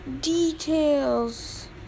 details